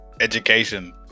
education